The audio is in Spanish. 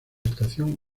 estación